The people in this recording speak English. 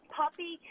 puppy